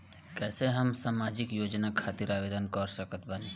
कैसे हम सामाजिक योजना खातिर आवेदन कर सकत बानी?